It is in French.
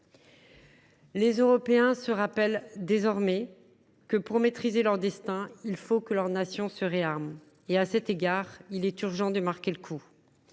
Les Européens se rappellent désormais que, pour maîtriser leur destin, il faut que leurs nations se réarment. À cet égard, il est urgent de marquer le coup.